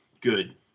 good